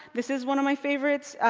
this is one of my favorites.